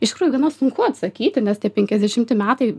iš tikrųjų gana sunku atsakyti nes tie penkiasdešimti metai